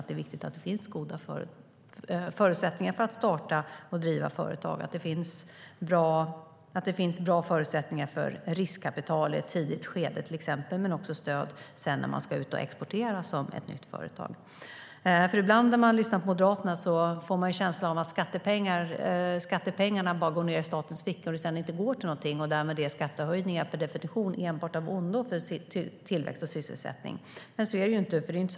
Det är viktigt att det finns goda förutsättningar att starta och driva företag och att det finns bra förutsättningar för riskkapital i ett tidigt skede men också ett stöd när ett nytt företag ska börja exportera. När man lyssnar på Moderaterna får man ibland känslan av att skattepengarna bara går ned i statens fickor, utan att gå till någonting, och att skattehöjningar per definition därmed är enbart av ondo för tillväxt och sysselsättning. Men så är det inte.